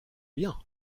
bien